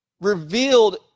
revealed